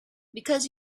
because